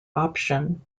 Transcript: option